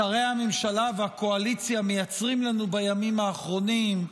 שרי הממשלה והקואליציה מייצרים לנו בימים האחרונים,